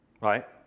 right